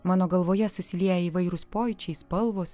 mano galvoje susilieja įvairūs pojūčiai spalvos